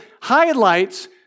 highlights